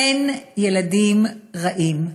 אין ילדים רעים,